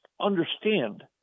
understand